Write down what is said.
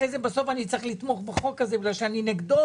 אחרי כן בסוף אני אצטרך לתמוך בחוק הזה כי אי נגדו.